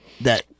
that-